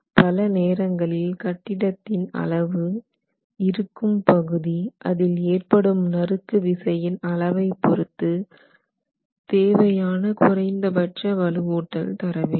பல நேரங்களில் கட்டடத்தின் அளவு இருக்கும் பகுதி அதில் ஏற்படும் நறுக்கு விசையின் அளவைப் பொறுத்து தேவையான குறைந்தபட்ச வலுவூட்டல் தரவேண்டும்